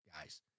guys